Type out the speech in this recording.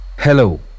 Hello